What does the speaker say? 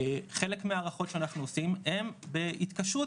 חלק מהערכות שאנחנו עושים הם בהתקשרות